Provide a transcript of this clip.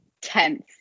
tense